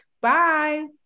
Bye